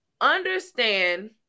Understand